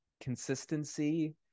Consistency